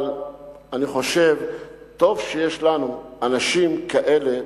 אבל אני חושב שטוב שיש לנו אנשים כאלה,